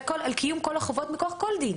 קיום כל החובות מכוח כל דין